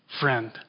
friend